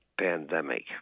pandemic